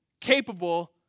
capable